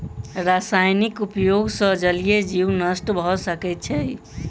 रासायनिक उपयोग सॅ जलीय जीवन नष्ट भ सकै छै